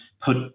put